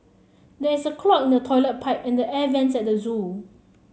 there is a clog in the toilet pipe and the air vents at the zoo